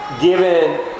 given